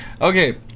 Okay